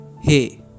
Hey